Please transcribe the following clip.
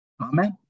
Amen